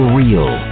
real